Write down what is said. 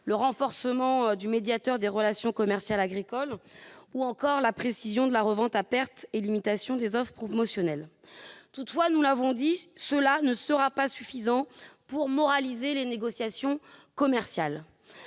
au renforcement du médiateur des relations commerciales agricoles ou encore à la précision de la revente à perte et aux limitations des offres promotionnelles. Toutefois, comme nous l'avons souligné, cela ne sera pas suffisant pour moraliser les négociations commerciales.